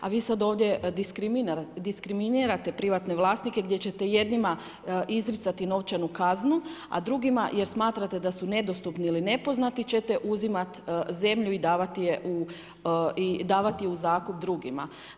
A vi sada ovdje diskriminirate privatne vlasnike gdje ćete jednima izricati novčanu kaznu a drugima jer smatrate da su nedostupni ili nepoznati, ćete uzimati zemlju i davati je u zakup drugima.